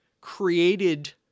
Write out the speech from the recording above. created